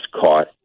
caught